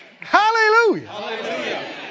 Hallelujah